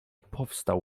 powstał